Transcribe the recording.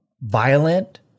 violent